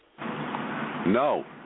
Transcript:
No